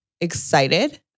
excited